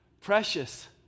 precious